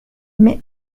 met